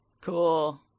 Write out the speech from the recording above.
Cool